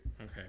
Okay